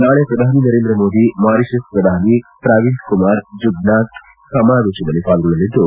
ನಾಳೆ ಪ್ರಧಾನಿ ನರೇಂದ್ರ ಮೋದಿ ಮಾರಿಸಷ್ ಪ್ರಧಾನಿ ಪ್ರವಿಂದ್ ಕುಮಾರ್ ಜುಗ್ನಾತ್ ಸಮಾವೇಶದಲ್ಲಿ ಪಾಲ್ಗೊಳ್ಟಲಿದ್ದು